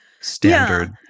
Standard